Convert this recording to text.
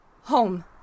home